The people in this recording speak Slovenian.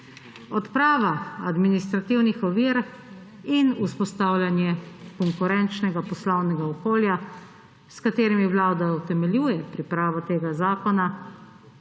Odprava administrativnih ovir in vzpostavljanje konkurenčnega poslovnega okolja, s katerim Vlada utemeljuje pripravo tega zakona,